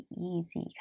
easy